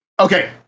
okay